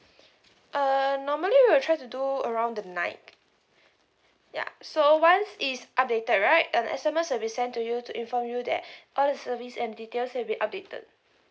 uh normally we will try to do around the night ya so once it's updated right an S_M_S will be sent to you to inform you that all the service and details have been updated